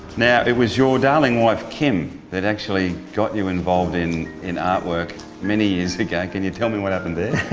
now it was your darling wife, kim that actually got you involved in in art work many years ago. can you tell me what happened there?